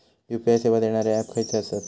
UPI सेवा देणारे app खयचे आसत?